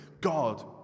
God